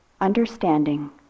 Understanding